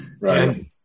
Right